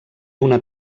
una